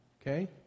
okay